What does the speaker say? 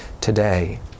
Today